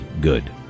good